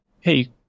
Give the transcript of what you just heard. hey